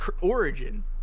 origin